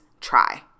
try